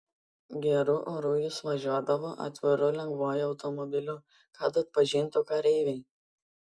geru oru jis važiuodavo atviru lengvuoju automobiliu kad atpažintų kareiviai